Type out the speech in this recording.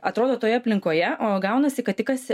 atrodo toje aplinkoje o gaunasi kad tik kas